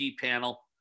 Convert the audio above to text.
panel